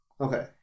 Okay